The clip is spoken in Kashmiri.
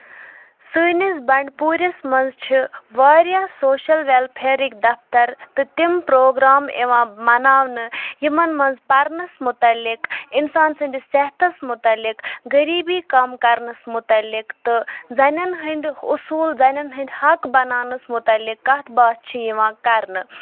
سٲنِس بنڈپوٗرِس منٛز چھِ واریاہ سوشَل ویلفیرٕکۍ دفتر تہٕ تِم پروگرام یِوان مَناونہٕ یِمن منٛز پَرنَس مُتعلِق اِنسان سٔندِس صحتس مُتعلِق غریٖبی کَم کرنَس مُتعلِق تہٕ زَنٮ۪ن ۂندۍ اُصوٗل زنٮ۪ن ۂندۍ حق بَناونَس مُتعلِق کَتھ باتھ چھِ یِوان کرنہٕ